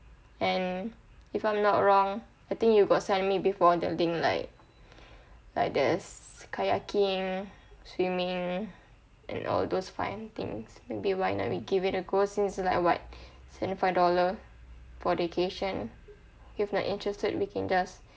and if I'm not wrong I think you got send me before the link like like there's kayaking swimming and all those fine things maybe why not we give it a go since like what seventy five dollar for vacation if not interested we can just